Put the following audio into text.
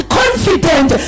confident